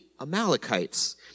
Amalekites